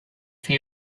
for